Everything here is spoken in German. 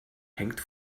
hängt